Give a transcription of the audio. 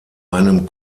einem